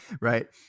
right